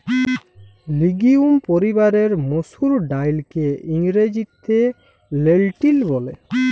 legume পরিবারের মসুর ডাইলকে ইংরেজিতে লেলটিল ব্যলে